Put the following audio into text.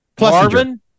Marvin